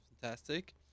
fantastic